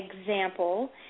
example